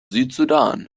südsudan